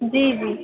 जी जी